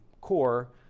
core